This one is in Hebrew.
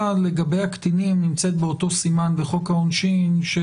לגבי הקטינים נמצאת באותו סימן בחוק העונשין של